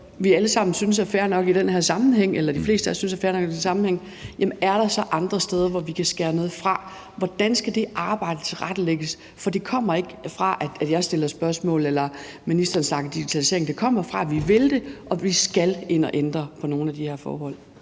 sammen synes er fair nok i den her sammenhæng – eller som de fleste af os synes er fair nok i den her sammenhæng – men er der så andre steder, hvor vi kan skære noget fra? Hvordan skal det arbejde tilrettelægges? For det kommer ikke af, at jeg stiller spørgsmål, eller at ministeren snakker digitalisering. Det kommer af, at vi vil det, og vi skal ind og ændre på nogle af de her forhold.